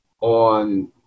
on